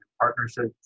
partnerships